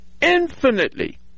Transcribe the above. infinitely